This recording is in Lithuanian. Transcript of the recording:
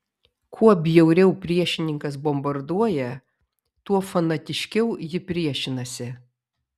kuo bjauriau priešininkas bombarduoja tuo fanatiškiau ji priešinasi